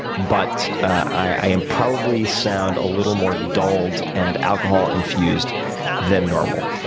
but i and probably sound a little more dulled and alcohol-infused than normal.